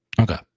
Okay